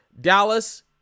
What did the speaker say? Dallas